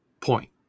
point